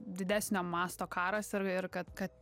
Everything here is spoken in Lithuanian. didesnio masto karas ir ir kad kad